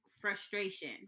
frustration